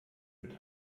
mit